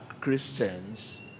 Christians